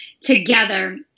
together